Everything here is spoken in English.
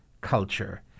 culture